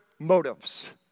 motives